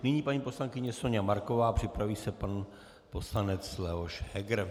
Nyní paní poslankyně Soňa Marková, připraví se pan poslanec Leoš Heger.